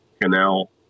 canal